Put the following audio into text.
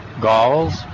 galls